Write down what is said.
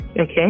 Okay